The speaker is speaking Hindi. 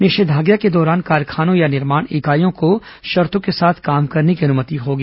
निषेधाज्ञा के दौरान कारखानों या निर्माण इकाइयों को शर्तों के साथ काम करने की अनुमति होगी